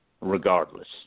regardless